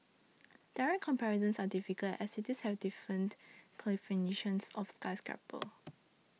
direct comparisons are difficult as cities have different definitions of skyscraper